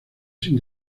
sin